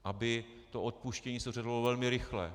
Aby to odpuštění se velmi rychle.